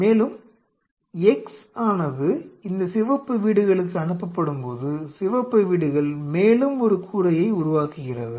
மேலும் x ஆனது இந்த சிவப்பு வீடுகளுக்கு அனுப்பப்படும்போது சிவப்பு வீடுகள் மேலும் ஒரு கூரையை உருவாக்குகிறது